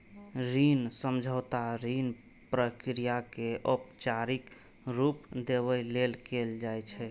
ऋण समझौता ऋण प्रक्रिया कें औपचारिक रूप देबय लेल कैल जाइ छै